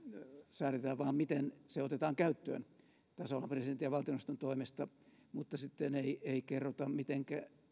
säädetään vain miten se otetaan käyttöön tasavallan presidentin ja valtioneuvoston toimesta mutta ei kerrota mitenkä